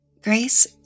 Grace